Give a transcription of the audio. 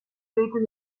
gehitzen